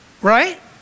Right